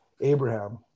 abraham